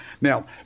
Now